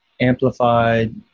amplified